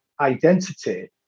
identity